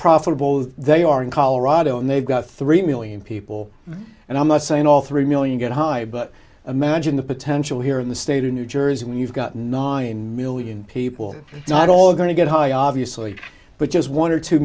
profitable they are in colorado and they've got three million people and i'm not saying all three million get high but imagine the potential here in the state of new jersey when you've got nine million people not all going to get high obviously but just one or two